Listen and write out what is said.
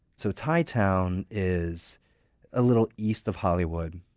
so thai town is a little east of hollywood,